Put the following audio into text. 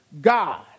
God